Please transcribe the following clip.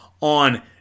on